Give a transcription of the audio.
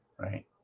right